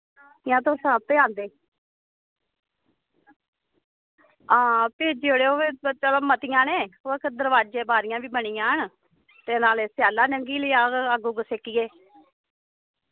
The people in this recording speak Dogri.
जां तुस आपें आह्गे आं भेजी ओड़ेओ एह् मतियां नै ते ओह् दरोआजै बारियां बी बनी जाहन ते नाल स्याला निकली जाह्ग अग्ग सेकियै